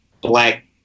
black